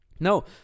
No